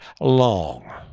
long